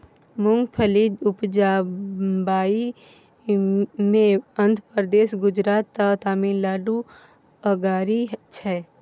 मूंगफली उपजाबइ मे आंध्र प्रदेश, गुजरात आ तमिलनाडु अगारी छै